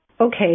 Okay